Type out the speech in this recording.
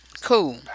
cool